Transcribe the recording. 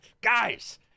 guys